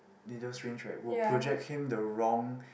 needle syringe right will project him the wrong